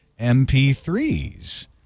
MP3s